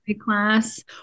class